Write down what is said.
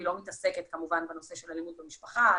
לא מתעסקת כמובן בנושא של אלימות במשפחה.